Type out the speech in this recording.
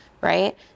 right